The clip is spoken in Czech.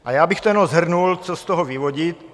A já bych jen shrnul, co z toho vyvodit.